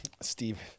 Steve